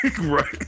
Right